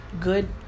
good